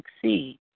succeed